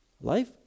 Life